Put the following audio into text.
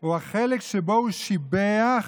הוא החלק שבו הוא שיבח